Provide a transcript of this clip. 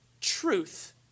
truth